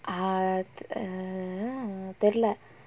ah err தெரில:therila